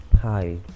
Hi